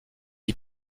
est